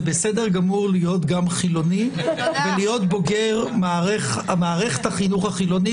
זה בסדר גמור להיות גם חילוני ולהיות בוגר מערכת החינוך החילונית.